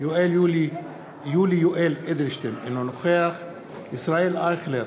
יולי יואל אדלשטיין, אינו נוכח ישראל אייכלר,